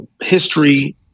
history